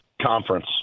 conference